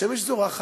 השמש זורחת,